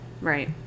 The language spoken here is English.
Right